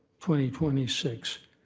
twenty twenty six,